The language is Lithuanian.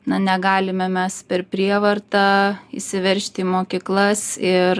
na negalime mes per prievartą įsiveržti į mokyklas ir